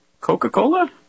Coca-Cola